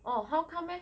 orh how come leh